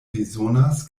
bezonas